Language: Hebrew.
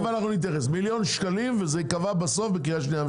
מיליון שקלים וייקבע בסוף בקריאה שנייה ושלישית.